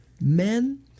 men